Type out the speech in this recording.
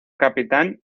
capitán